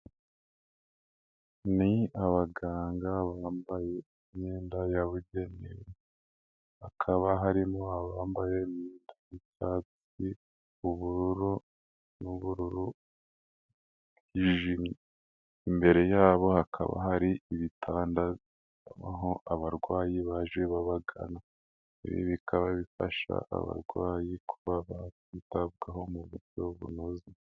Ni abaganga bambaye imyenda yabugenewe, hakaba harimo abambaye imyenda isa icyatsi, ubururu n'ubururu bwijimye, imbere yabo hakaba hari ibitanda aho abarwayi baje babagana, ibi bikaba bifasha abarwayi kuba ba kwitabwaho mu buryo bunoze.